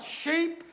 sheep